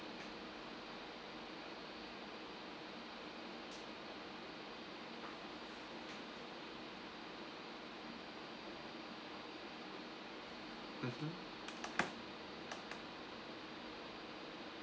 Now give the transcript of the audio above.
mmhmm